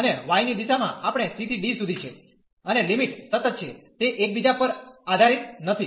અને y ની દિશામાં આપણે c ¿ d સુધી છે અને લિમિટ સતત છે તે એકબીજા પર આધારિત નથી